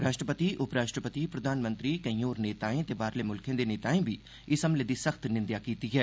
राष्ट्रपति उपराष्ट्रपति प्रधानमंत्री केईं होर नेताएं ते बाहले मुल्खें दे नेताएं बी इस हमले दी सख्त निंदेआ कीती ऐ